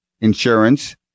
insurance